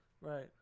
right